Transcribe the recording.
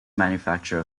manufacture